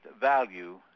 value